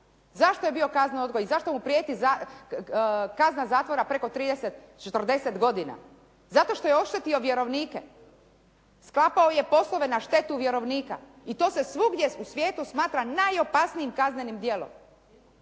se ne razumije./ … i zašto mu prijeti kaznena zatvora preko 30, 40 godina? Zato što je oštetio vjerovnike, sklapao je poslove na štetu vjerovnika. I to se svugdje u svijetu smatra najopasnijim kaznenim djelom.